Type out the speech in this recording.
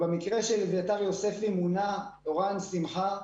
במקרה של אביתר יוספי מונה אורן שמחה,